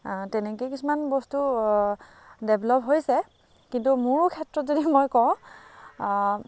তেনেকৈ কিছুমান বস্তু ডেভল'প হৈছে কিন্তু মোৰ ক্ষেত্ৰত যদি মই কওঁ